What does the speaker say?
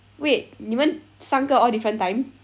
wait 你们三个 all different time